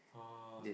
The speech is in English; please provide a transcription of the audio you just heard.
!wah!